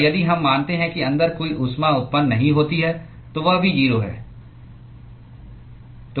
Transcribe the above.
और यदि हम मानते हैं कि अंदर कोई ऊष्मा उत्पन्न नहीं होती है तो वह भी 0 है